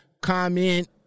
comment—